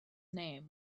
name